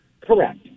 Correct